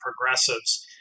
progressives